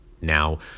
now